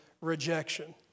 rejection